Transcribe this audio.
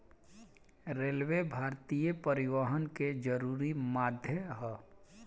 railway भारतीय परिवहन के जरुरी माध्यम ह